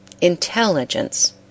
INTELLIGENCE